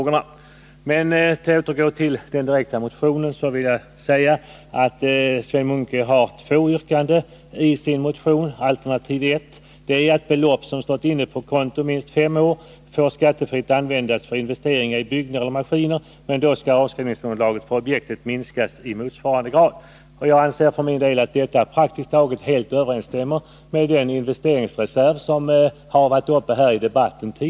För att återgå till den direkta motionen så har Sven Munke där föreslagit två alternativ. Alternativ 1 innebär att belopp som stått inne på konto minst fem år skattefritt får användas för investeringar i byggnader eller maskiner, men då skall avskrivningsunderlaget för objektet minskas i motsvarande grad. Jag anser för min del att detta praktiskt taget helt överensstämmer med innebörden av den investeringsreserv som tidigare varit uppe i debatten.